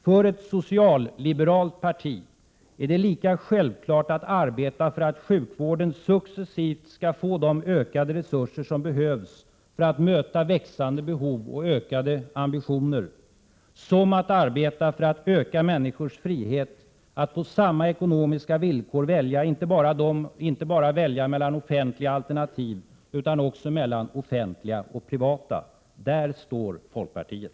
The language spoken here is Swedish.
För ett socialliberalt parti är det lika självklart att arbeta för att sjukvården successivt skall få de ökade resurser som behövs för att möta växande behov och ökade ambitioner, som att arbeta för att öka människors frihet att på samma ekonomiska villkor välja inte bara mellan offentliga alternativ utan också mellan offentliga och privata. Där står folkpartiet.